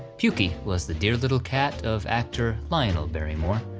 pukie was the dear little cat of actor lionel barrymore,